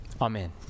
Amen